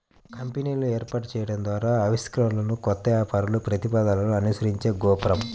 కంపెనీలను ఏర్పాటు చేయడం ద్వారా ఆవిష్కరణలు, కొత్త వ్యాపార ప్రతిపాదనలను అనుసరించే గోపురం